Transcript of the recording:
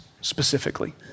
specifically